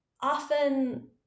often